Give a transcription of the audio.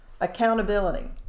accountability